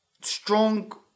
strong